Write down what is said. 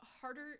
harder –